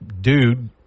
dude